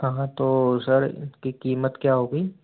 हाँ हाँ तो सर इसकी कीमत क्या होगी